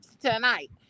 tonight